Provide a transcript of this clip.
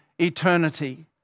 eternity